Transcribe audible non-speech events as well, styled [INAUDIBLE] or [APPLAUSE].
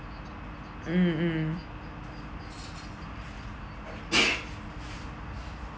mm mm [NOISE]